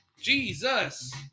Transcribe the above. Jesus